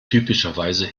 typischerweise